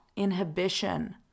Inhibition